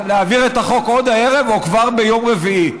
להעביר את החוק עוד הערב או כבר ביום רביעי.